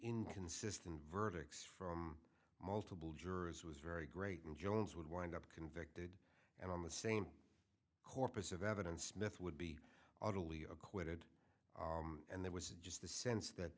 inconsistent verdicts from multiple jurors was very great and jones would wind up convict and on the same corpus of evidence smith would be utterly acquitted and there was just the sense that